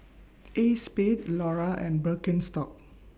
ACEXSPADE Iora and Birkenstock